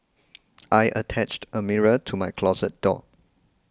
I attached a mirror to my closet door